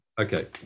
Okay